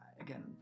again